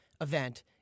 event